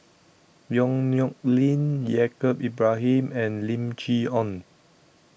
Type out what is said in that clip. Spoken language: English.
Yong Nyuk Lin Yaacob Ibrahim and Lim Chee Onn